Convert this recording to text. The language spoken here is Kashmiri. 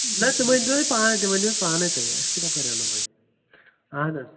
نہ تِم أنۍتو تُہۍ پانَے تِم أنۍوُس پانَے تُہۍ اَسہِ کَپٲرۍ اَنو وۄنۍ اَہَن حظ